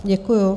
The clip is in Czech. Děkuju.